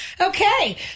Okay